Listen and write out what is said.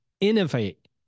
Innovate